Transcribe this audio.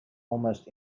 almost